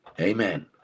Amen